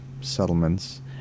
settlements